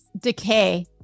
decay